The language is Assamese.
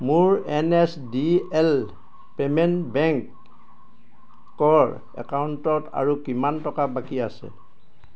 মোৰ N S D L payment bank কৰ একাউণ্টত আৰু কিমান টকা বাকী আছে